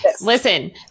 Listen